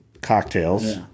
cocktails